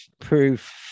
proof